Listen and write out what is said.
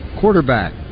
Quarterback